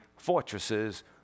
fortresses